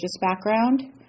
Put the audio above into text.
background